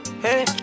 hey